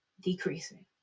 decreasing